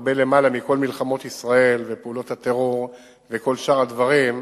הרבה יותר מבכל מלחמות ישראל ופעולות הטרור וכל שאר הדברים,